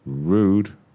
rude